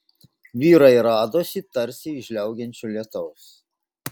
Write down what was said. vyrai radosi tarsi iš žliaugiančio lietaus